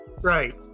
Right